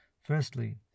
Firstly